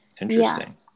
interesting